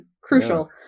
crucial